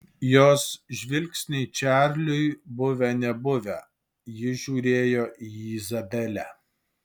jos žvilgsniai čarliui buvę nebuvę jis žiūrėjo į izabelę